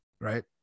right